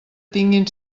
tinguin